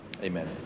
Amen